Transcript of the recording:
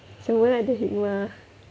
sebenar ada hikmah